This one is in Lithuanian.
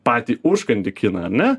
patį užkandį kiną ar ne